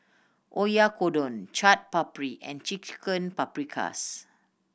Oyakodon Chaat Papri and Chicken Paprikas